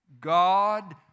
God